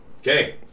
Okay